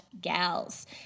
gals